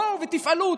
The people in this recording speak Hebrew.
תפעלו,